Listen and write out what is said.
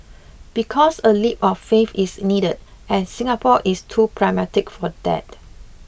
because a leap of faith is needed and Singapore is too pragmatic for that